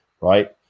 right